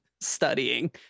studying